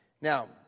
Now